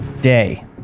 day